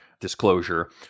disclosure